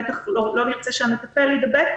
ובטח לא נרצה שהמטפל יידבק.